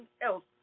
else